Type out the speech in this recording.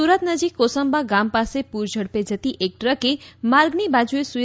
સુરત નજીક કોસંબા ગામ પાસે પૂર ઝડપે જતી એક ટ્રકે માર્ગની બાજુએ સુઇ